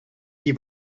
die